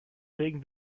regen